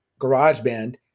GarageBand